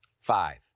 Five